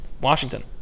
Washington